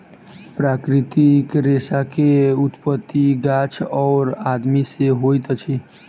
प्राकृतिक रेशा के उत्पत्ति गाछ और आदमी से होइत अछि